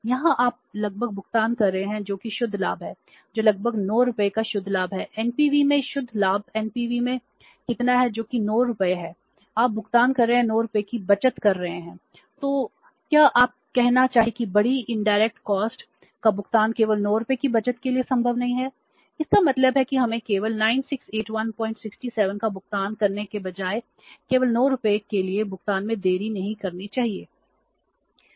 यहां आप लगभग भुगतान कर रहे हैं जो कि शुद्ध लाभ है जो लगभग 9 रुपये का शुद्ध लाभ है एनपीवी का भुगतान केवल 9 रुपये की बचत के लिए संभव नहीं है इसका मतलब है कि हमें केवल 968167 का भुगतान करने के बजाय केवल 9 रुपये के लिए भुगतान में देरी नहीं करनी चाहिए